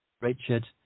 Richard